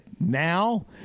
now